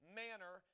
manner